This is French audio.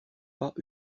pas